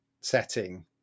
setting